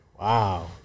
Wow